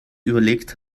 überlegt